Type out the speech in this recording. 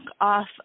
off